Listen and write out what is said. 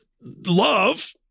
love